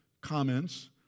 comments